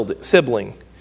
sibling